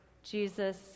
Jesus